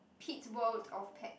Pete's World of Pets